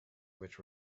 which